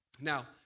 Now